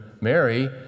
mary